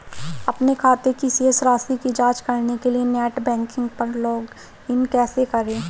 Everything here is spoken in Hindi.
अपने खाते की शेष राशि की जांच करने के लिए नेट बैंकिंग पर लॉगइन कैसे करें?